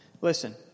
Listen